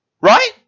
Right